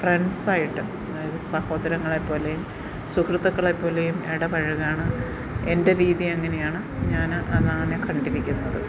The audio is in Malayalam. ഫ്രണ്ട്സായിട്ടും അതായത് സഹോദരങ്ങളെ പോലെയും സുഹൃത്തുക്കളെ പോലെയും ഇടപഴകുകയാണ് എൻ്റെ രീതി അങ്ങനെയാണ് ഞാൻ അതാണ് കണ്ടിരിക്കുന്നത്